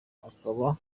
akaba